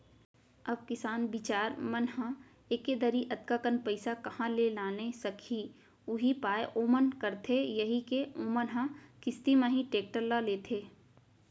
अब किसान बिचार मन ह एके दरी अतका कन पइसा काँहा ले लाने सकही उहीं पाय ओमन करथे यही के ओमन ह किस्ती म ही टेक्टर ल लेथे